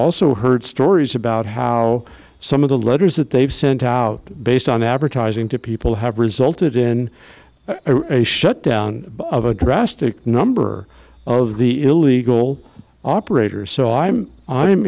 also heard stories about how some of the letters that they've sent out based on advertising to people have resulted in a shutdown of a drastic number of the illegal operators so i'm i'm